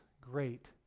great